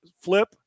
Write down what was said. flip